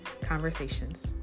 conversations